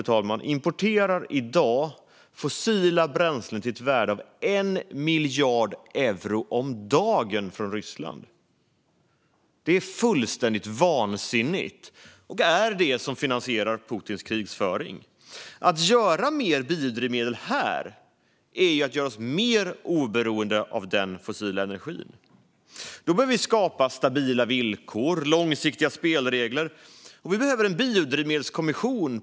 Europa importerar i dag fossila bränslen till ett värde av 1 miljard euro om dagen från Ryssland. Det är fullständigt vansinnigt, och det finansierar Putins krigföring. Om vi gör mer biodrivmedel här gör vi oss mer oberoende av den fossila energin. Vi behöver skapa stabila villkor och långsiktiga spelregler för det. Det behövs en biodrivmedelskommission.